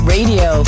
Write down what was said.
Radio